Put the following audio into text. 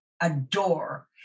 adore